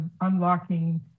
unlocking